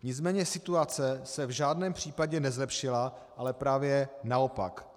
Nicméně situace se v žádném případě nezlepšila, ale právě naopak.